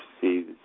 See